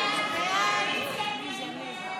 הסתייגות 1934 לא נתקבלה.